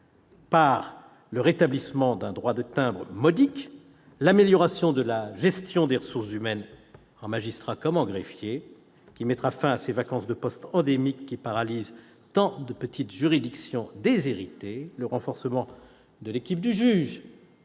par le rétablissement d'un droit de timbre modique. L'amélioration de la gestion des ressources humaines, en magistrats comme en greffiers, mettra fin aux vacances de poste endémiques qui paralysent tant de petites juridictions déshéritées. Le renforcement de l'équipe du juge